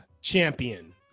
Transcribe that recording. champion